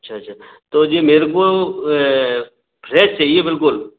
अच्छा अच्छा तो जी मेरे को फ्रेश चाहिए बिल्कुल